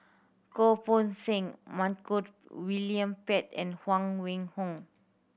Goh Poh Seng Montague William Pett and Huang Wenhong